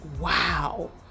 wow